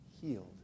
healed